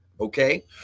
Okay